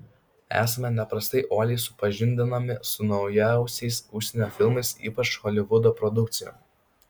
esame neprastai uoliai supažindinami su naujausiais užsienio filmais ypač holivudo produkcija